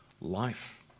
life